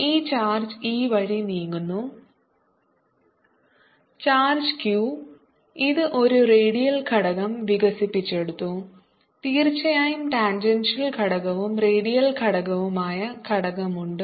ഈ ചാർജ് ഈ വഴി നീങ്ങുന്നു ചാർജ് q ഇത് ഒരു റേഡിയൽ ഘടകം വികസിപ്പിച്ചെടുത്തു തീർച്ചയായും ടാൻജൻഷ്യൽ ഘടകവും റേഡിയൽ ഘടകവുമായ ഘടകമുണ്ട്